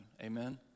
Amen